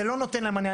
זה לא נותן להם מענה.